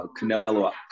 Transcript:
Canelo